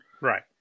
Right